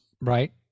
Right